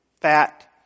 fat